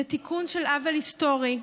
זה תיקון של עוול היסטורי,